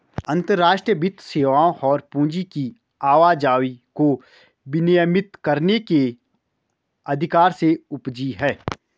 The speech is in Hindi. अंतर्राष्ट्रीय वित्त वस्तुओं और पूंजी की आवाजाही को विनियमित करने के अधिकार से उपजी हैं